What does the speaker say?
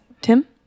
Tim